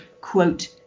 quote